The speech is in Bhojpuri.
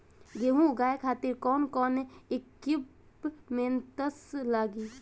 गेहूं उगावे खातिर कौन कौन इक्विप्मेंट्स लागी?